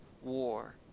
war